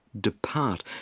depart